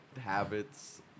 habits